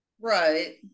Right